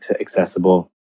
accessible